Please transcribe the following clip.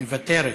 מוותרת.